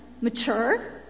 mature